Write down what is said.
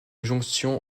jonction